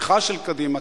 לתמיכה של קדימה,